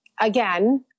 again